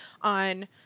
on